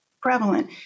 prevalent